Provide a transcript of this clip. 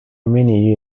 many